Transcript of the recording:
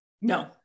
No